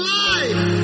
life